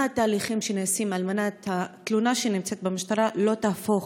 מה התהליכים שנעשים על מנת שהתלונה שנמצאת במשטרה לא תהפוך